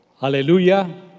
Hallelujah